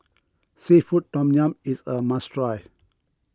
Seafood Tom Yum is a must try